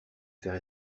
faire